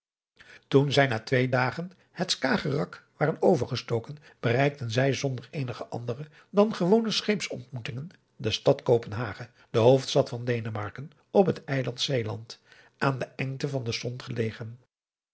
toen zij na twee dagen het schagerrak waren overgestoken bereikten zij zonder eenige andere dan gewone scheepsontmoetingen de stad kopenhagen de hoofdstad van denemarken op het eiland seeland aan de engte van de sont gelegen